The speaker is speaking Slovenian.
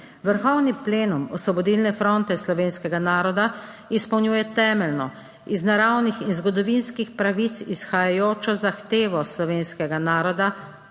»Vrhovni plenum Osvobodilne fronte slovenskega naroda izpolnjuje temeljno, iz naravnih in zgodovinskih pravic izhajajočo zahtevo slovenskega naroda